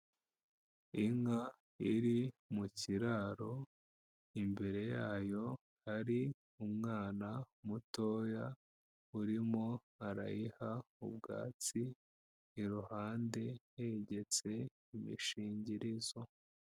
Inka iri mu kiraro imbere yayo hari umwana mutoya urimo arayiha ubwatsi iruhande hegetse imishingirizo.